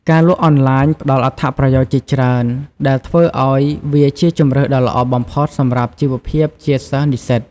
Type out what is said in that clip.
ការលក់អនឡាញផ្ដល់អត្ថប្រយោជន៍ជាច្រើន ដែលធ្វើឲ្យវាជាជម្រើសដ៏ល្អបំផុតសម្រាប់ជីវភាពជាសិស្សនិស្សិត។